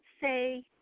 say